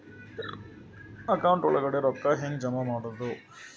Account ಒಳಗಡೆ ರೊಕ್ಕ ಹೆಂಗ್ ಜಮಾ ಮಾಡುದು?